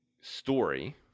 story